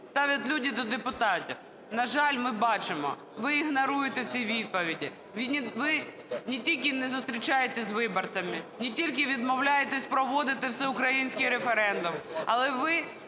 ставлять люди до депутатів. На жаль, ми бачимо, ви ігноруєте ці відповіді. Ви не тільки не зустрічаєтесь з виборцями, не тільки відмовляєтесь проводити всеукраїнський референдум, але ви